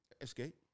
Escape